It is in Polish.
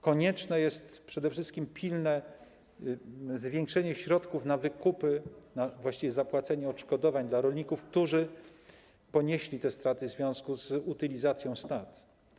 Konieczne jest przede wszystkim pilne zwiększenie środków na wykupy, właściwie na zapłacenie odszkodowań dla rolników, którzy ponieśli straty w związku z utylizacją stad.